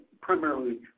primarily